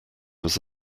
was